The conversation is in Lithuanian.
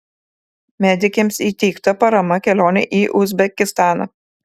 medikėms įteikta parama kelionei į uzbekistaną